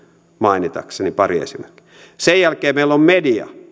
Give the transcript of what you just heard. mainitakseni pari esimerkkiä sen jälkeen meillä on media